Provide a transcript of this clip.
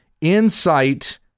Insight